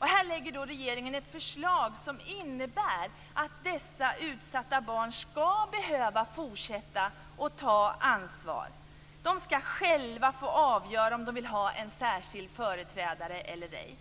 Här lägger regeringen fram ett förslag som innebär att dessa utsatta barn ska behöva fortsätta ta ansar. De ska själva få avgöra om de vill ha en särskild företrädare eller ej.